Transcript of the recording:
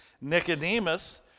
Nicodemus